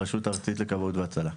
הרשות הארצית לכבאות והצלה.